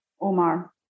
Omar